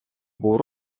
був